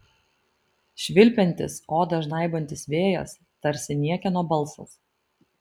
švilpiantis odą žnaibantis vėjas tarsi niekieno balsas